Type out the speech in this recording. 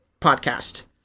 podcast